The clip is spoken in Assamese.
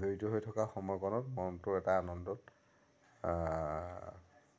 জড়িত হৈ থকা সময়কণত মনটো এটা আনন্দত